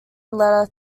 letter